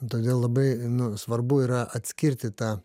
todėl labai nu svarbu yra atskirti tą